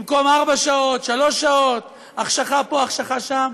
במקום ארבע שעות, שלוש שעות, החשכה פה, החשכה שם,